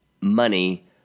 money